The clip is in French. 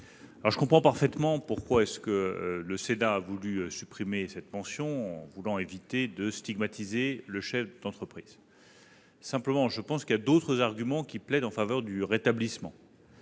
Je comprends parfaitement pourquoi le Sénat a voulu supprimer cette mention : pour éviter de stigmatiser le chef d'entreprise. Simplement, je pense que d'autres arguments plaident en faveur de ce rétablissement.